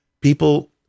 people